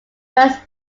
first